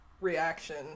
reaction